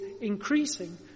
increasing